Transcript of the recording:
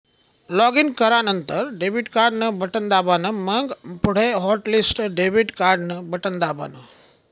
login करानंतर debit card न button दाबान, मंग पुढे हॉटलिस्ट डेबिट कार्डन बटन दाबान